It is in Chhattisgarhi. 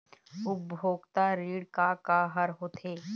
उपभोक्ता ऋण का का हर होथे?